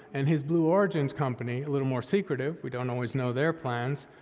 and his blue origins company, a little more secretive. we don't always know their plans.